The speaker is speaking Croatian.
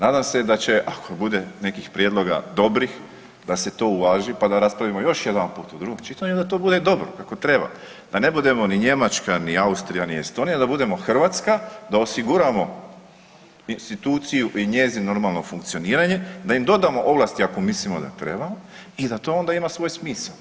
Nadam se da će ako bude nekih prijedloga dobrih da se to uvaži, pa da raspravimo još jedanput u drugom čitanju i da to bude dobro, kako treba, da ne budemo ni Njemačka, ni Austrija, ni Estonija, da budemo Hrvatska, da osiguramo instituciju i njezino normalno funkcioniranje, da im dodamo ovlasti ako mislimo da trebamo i da onda to ima svoj smisao.